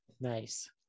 Nice